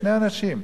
שני אנשים,